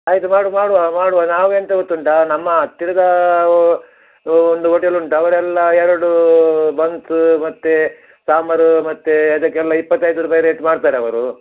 ಆಯ್ತು ಮಾಡುವ ಮಾಡುವ ಮಾಡುವ ನಾವು ಎಂತ ಗೊತ್ತುಂಟ ನಮ್ಮ ಹತ್ತಿರದ ಒಂದು ಓಟೆಲ್ ಉಂಟು ಅವರೆಲ್ಲ ಎರಡು ಬನ್ಸ ಮತ್ತು ಸಾಂಬಾರು ಮತ್ತು ಅದಕ್ಕೆಲ್ಲ ಇಪ್ಪತೈದು ರೂಪಾಯಿ ರೇಟ್ ಮಾಡ್ತಾರೆ ಅವರು